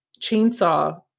chainsaw